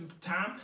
time